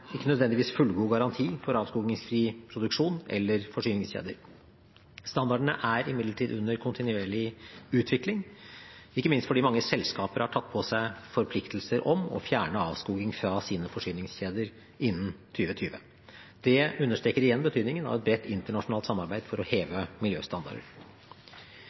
ikke nødvendigvis fullgod garanti for avskogingsfri produksjon eller forsyningskjeder. Standardene er imidlertid under kontinuerlig utvikling, ikke minst fordi mange selskaper har tatt på seg forpliktelser om å fjerne avskoging fra sine forsyningskjeder innen 2020. Det understreker igjen betydningen av et bredt internasjonalt samarbeid for å heve